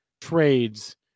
trades